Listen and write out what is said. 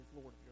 Lord